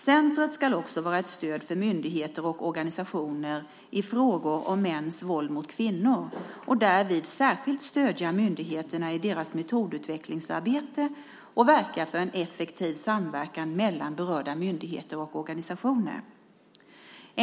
Centret ska också vara ett stöd för myndigheter och organisationer i frågor om mäns våld mot kvinnor och därvid särskilt stödja myndigheterna i deras metodutvecklingsarbete och verka för en effektiv samverkan mellan berörda myndigheter och organisationer.